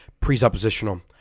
presuppositional